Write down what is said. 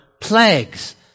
plagues